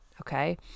Okay